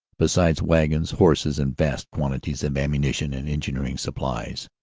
besides wagons, horses, and vast quantities of ammuni tion and engineering supplies.